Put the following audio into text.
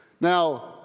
Now